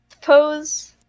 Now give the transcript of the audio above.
pose